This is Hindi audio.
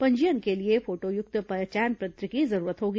पंजीयन के लिए फोटोयुक्त पहचान पत्र की जरूरत होगी